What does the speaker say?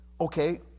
Okay